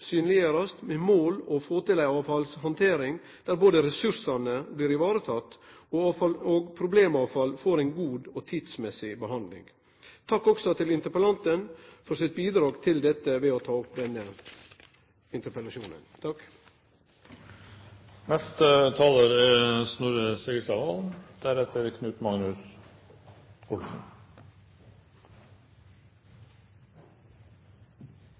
med det målet å få til ei avfallshandtering der både ressursane blir tekne vare på og problemavfall får ei god og tidsriktig behandling. Takk også til interpellanten for bidraget hennar til dette ved å ta opp denne interpellasjonen. Jeg synes det er